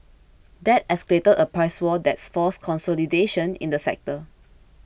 that escalated a price war that's forced consolidation in the sector